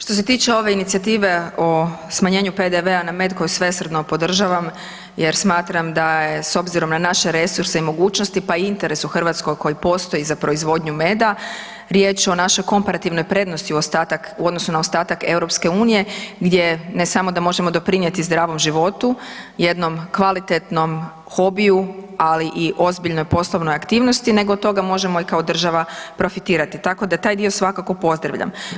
Što se tiče ove inicijative o smanjenju PDV-a na medicinskih koji svesrdno podržavam jer smatram da je s obzirom na naše resurse i mogućnosti, pa i interes u Hrvatskoj koji postoji za proizvodnju meda, riječ o našoj komparativnoj prednosti u odnosu na ostatak EU, gdje, ne samo da možemo doprinijeti zdravom životu i jednom kvalitetnom hobiju, ali i ozbiljnoj poslovnoj aktivnosti, nego od toga možemo kao država profitirati, tako da taj dio svakako pozdravljam.